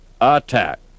Attack